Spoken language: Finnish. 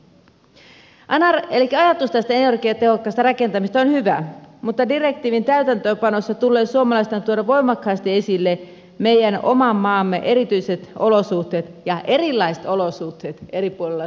ajatus tästä energiatehokkaasta rakentamisesta on hyvä mutta direktiivin täytäntöönpanossa tulee suomalaisten tuoda voimakkaasti esille meidän oman maamme erityiset olosuhteet ja erilaiset olosuhteet eri puolilla suomea